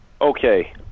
Okay